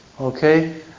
Okay